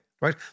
right